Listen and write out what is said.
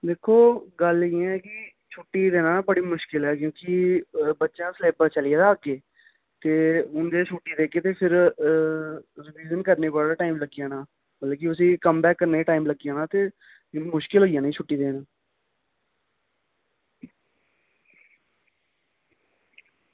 दिक्खो गल्ल इंया की छुट्टी देना बड़ी मुश्कल ऐ क्योंकि थुआढ़े बच्चे दा सलेब्स चली गेदा अग्गें ते हून जे छुट्टी देगे फिर रिवीज़न करने गी बड़ा टैम लग्गी जाना मतलब उसी कमबैक करने गी टाईम लग्गी जाना फिर मुश्कल होई जानी छुट्टी देन